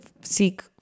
seek